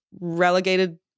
relegated